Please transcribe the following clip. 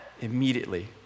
immediately